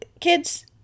kids